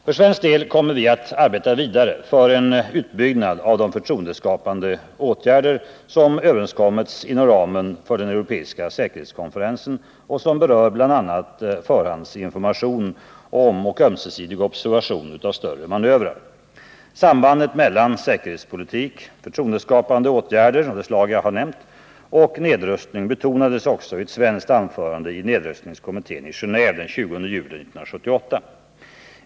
För svensk del kommer vi att arbeta vidare för en utbyggnad av de förtroendeskapande åtgärder som överenskommits inom ramen för den europeiska säkerhetskonferensen och som berör bl.a. förhandsinformation om och ömsesidig observation av större manövrar. Sambandet mellan säkerhetspolitik, förtroendeskapande åtgärder av det slag jag har nämnt och nedrustning betonades också i ett svenskt anförande i nedrustningskommittén i Genéve den 20 juli 1978.